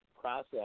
process